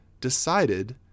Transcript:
decided